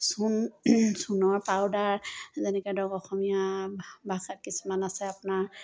চূণ চূণৰ পাউদাৰ যেনেকৈ ধৰক অসমীয়া ভাষাত কিছুমান আছে আপোনাৰ